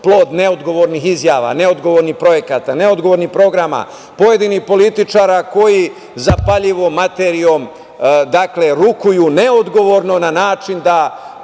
plod neodgovornih izjava, neodgovornih projekata, neodgovornih programa pojedinih političara koji zapaljivom materijom rukuju neodgovorno na način da